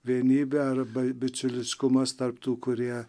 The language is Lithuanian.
vienybė arba bičiuliškumas tarp tų kurie